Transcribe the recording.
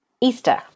Easter